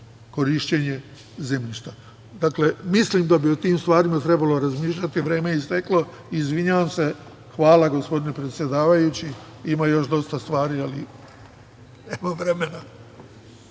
korišćenje zemljišta. Mislim da bi o tim stvarima trebalo razmišljati. Vreme je isteklo, izvinjavam se i hvala gospodine predsedavajući, ima još dosta stvari ali nema vremena.